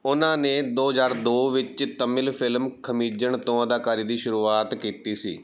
ਉਨ੍ਹਾਂ ਨੇ ਦੋ ਹਜ਼ਾਰ ਦੋ ਵਿੱਚ ਤਮਿਲ ਫਿਲਮ ਥਮੀਜ਼ਨ ਤੋਂ ਅਦਾਕਾਰੀ ਦੀ ਸ਼ੁਰੂਆਤ ਕੀਤੀ ਸੀ